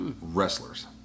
wrestlers